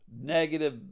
negative